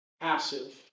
Passive